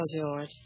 George